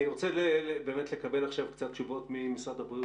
אני רוצה באמת לקבל עכשיו קצת תשובות ממשרד הבריאות.